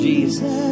Jesus